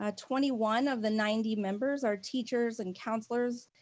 ah twenty one of the ninety members are teachers and counselors,